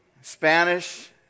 Spanish